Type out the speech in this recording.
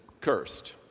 cursed